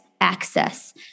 access